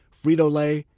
frito lay,